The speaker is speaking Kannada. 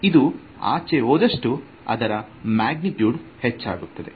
ಇದು ಆಚೆ ಹೋದಷ್ಟು ಅದರ ಮ್ಯಾಗ್ನಿಟ್ಯೂಡ್ ಹೆಚ್ಚಾಗುತ್ತದೆ